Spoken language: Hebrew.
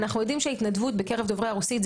אנחנו יודעים שבקרב דוברי הרוסית,